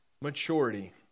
maturity